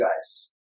guys